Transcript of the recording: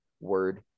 word